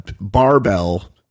barbell